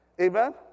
Amen